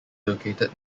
located